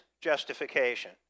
justification